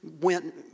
went